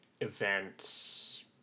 events